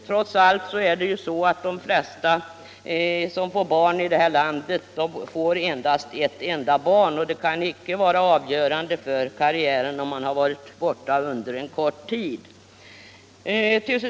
Trots allt är det så att de flesta som föder barn i det här landet endast får ett enda barn, och det kan då icke vara avgörande för karriären, om kvinnorna varit borta från arbetslivet en kort tid.